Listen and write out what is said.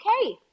okay